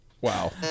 Wow